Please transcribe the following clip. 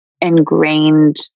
ingrained